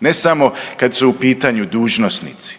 ne samo kada su u pitanju dužnosnici.